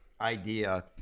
idea